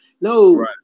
No